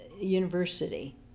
university